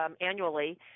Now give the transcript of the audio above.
annually